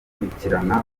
kubakurikirana